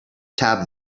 tab